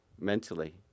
mentally